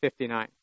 59